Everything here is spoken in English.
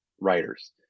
writers